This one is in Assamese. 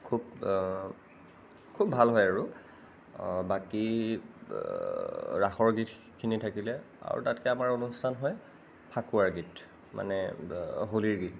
খুব খুব ভাল হয় আৰু বাকী ৰাসৰ গীতখিনি থাকিলে আৰু তাতকৈ আমাৰ অনুষ্ঠান হয় ফাকুৱাৰ গীত মানে হ'লীৰ গীত